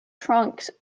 trunks